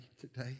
today